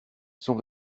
sont